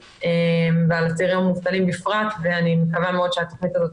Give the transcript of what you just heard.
ועל הצעירים המובטלים בפרט ואני מקווה מאוד שהתוכנית הזאת,